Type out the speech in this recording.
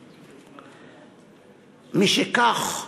משכך,